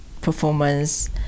performance